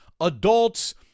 adults